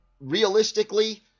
realistically